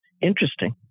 interesting